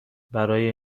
برای